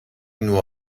nur